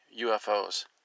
UFOs